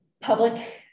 public